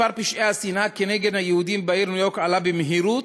מספר פשעי השנאה נגד יהודים בעיר ניו-יורק גדל במהירות,